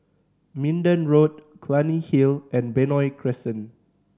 Minden Road Clunny Hill and Benoi Crescent